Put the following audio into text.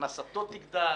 הכנסתו תגדל,